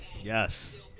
yes